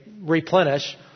replenish